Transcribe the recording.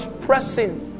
pressing